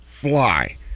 Fly